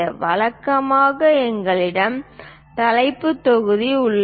வழக்கமாக எங்களிடம் தலைப்புத் தொகுதி உள்ளது